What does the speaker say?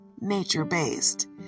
nature-based